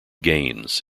gaines